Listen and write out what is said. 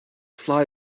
fly